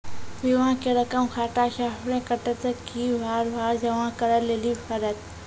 बीमा के रकम खाता से अपने कटत कि बार बार जमा करे लेली पड़त?